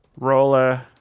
Roller